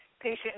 patient